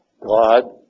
God